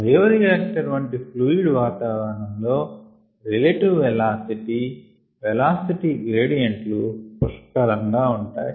bioreactor వంటి fluid వాతావరణంలో relative velocity velocity gradient లు పుష్కలంగా ఉంటాయి